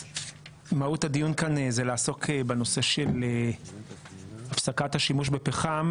מהות הדיון כאן זה לעסוק בנושא של הפסקת השימוש בפחם,